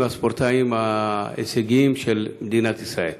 והספורטאים ההישגיים של מדינת ישראל.